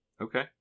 Okay